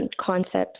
concepts